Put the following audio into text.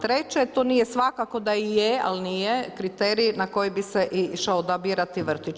Treće, to nije svakako da i je, ali nije kriterij na koji bi se išao odabirati vrtić.